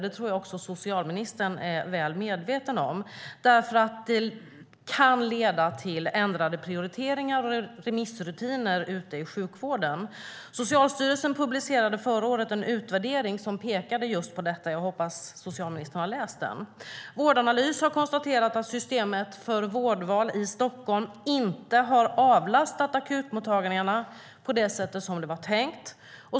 Det tror jag att också socialministern är väl medveten om. Det kan leda till ändrade prioriteringar och remissrutiner ute i sjukvården. Socialstyrelsen publicerade förra året en utvärdering som pekade just på detta. Jag hoppas att socialministern har läst den. Vårdanalys har konstaterat att systemet med vårdval i Stockholm inte har avlastat akutmottagningarna på det sätt som det var tänkt.